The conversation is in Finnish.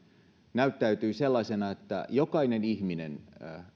näyttäytyi sellaisena että jokainen ihminen